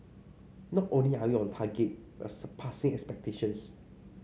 not only are we on target we are surpassing expectations